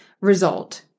result